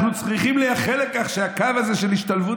אנחנו צריכים לייחל לכך שהקו הזה של השתלבות